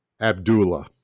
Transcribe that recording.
Abdullah